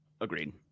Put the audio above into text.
agreed